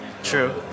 True